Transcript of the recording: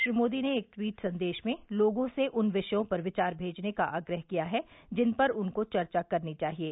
श्री मोदी ने एक ट्वीट संदेश में लोगों से उन विषयों पर विचार भेजने का आग्रह किया है जिन पर उनको चर्चा करनी चाहिये